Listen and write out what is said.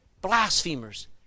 blasphemers